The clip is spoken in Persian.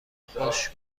خوش